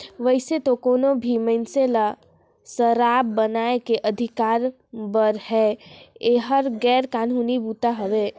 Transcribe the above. वइसे तो कोनो भी मइनसे ल सराब बनाए के अधिकार बइ हे, एहर गैर कानूनी बूता हवे